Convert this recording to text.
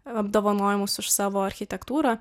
apdovanojimus už savo architektūrą